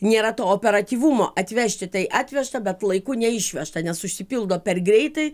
nėra to operatyvumo atvežti tai atvežta bet laiku neišvežta nes užsipildo per greitai